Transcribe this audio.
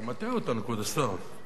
אתה מטעה אותנו, כבוד השר.